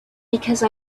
because